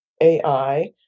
AI